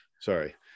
Sorry